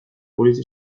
polizia